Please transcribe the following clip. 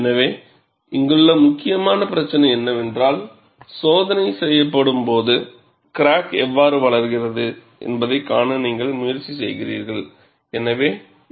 எனவே இங்குள்ள முக்கியமான பிரச்சினை என்னவென்றால் சோதனை செய்யப்படும்போது கிராக் எவ்வாறு வளர்கிறது என்பதைக் காண நீங்கள் முயற்சி செய்கிறீர்கள்